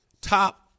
top